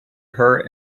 her